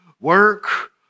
Work